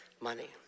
money